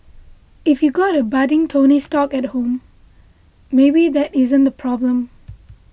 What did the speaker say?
if you got a budding Tony Stark at home though maybe that isn't a problem